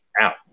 out